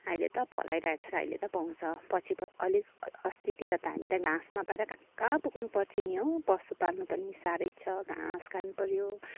अहिले त पलाइरहेछ र अहिले त पाउँछ पछि अलिक अस्तितिर त हामी त घाँस नपाएर कहाँ कहाँ पुग्नुपर्थ्यो नि हौ पशु पाल्नु पनि साह्रै छ घाँस काट्नु पऱ्यो